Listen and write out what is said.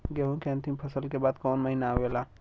गेहूँ के अंतिम फसल के बाद कवन महीना आवेला?